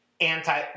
anti